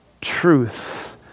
truth